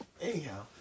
Anyhow